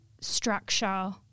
structure